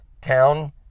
town